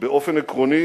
שבאופן עקרוני